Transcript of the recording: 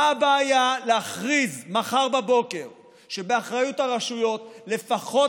מה הבעיה להכריז מחר בבוקר שבאחריות הרשויות לפחות